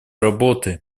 работы